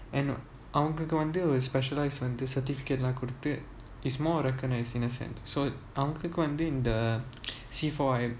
and அவங்களுக்குவந்து:avangaluku vanthu specialized வந்து:vanthu certificate கொடுத்துசும்மாஒரு:koduthu summa oru it's more recognized in a sense so அவங்களுக்குவந்துஇந்த:avangaluku vanthu intha in the C four I